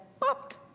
popped